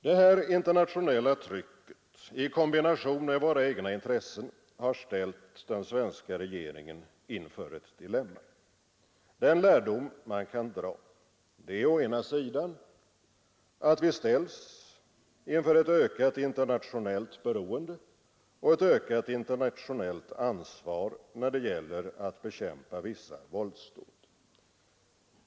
Det här internationella trycket i kombination med våra egna intressen har ställt den svenska regeringen inför ett dilemma. Den lärdom man kan dra är å ena sidan att vi ställs inför ett ökat internationellt beroende och ett ökat internationellt ansvar när det gäller att bekämpa vissa våldsdåd.